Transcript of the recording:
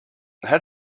how